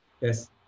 Yes